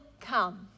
come